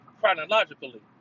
chronologically